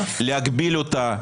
להגביל אותה,